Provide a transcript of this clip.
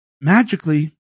magically